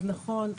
אז נכון,